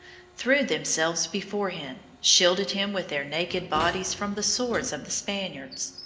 threw themselves before him, shielding him with their naked bodies from the swords of the spaniards.